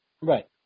Right